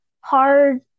hard